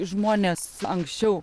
žmonės anksčiau